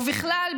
ובכלל,